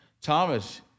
Thomas